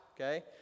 okay